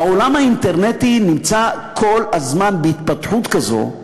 העולם האינטרנטי נמצא כל הזמן בהתפתחות כזו,